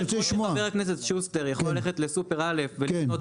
חבר הכנסת שוסטר יכול ללכת לסופר א' ולקנות